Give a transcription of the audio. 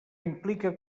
implica